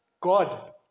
God